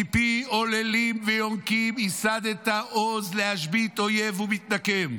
"מפי עוללים ויֹנְקים יִסַדתָ עֹז --- להשבית אויב ומתנקם".